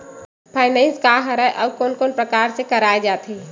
Finance का हरय आऊ कोन कोन प्रकार ले कराये जाथे?